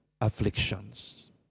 afflictions